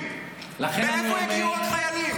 עליהם עכשיו.